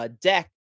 deck